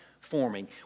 forming